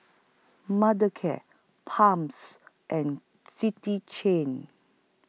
Mothercare Palm's and City Chain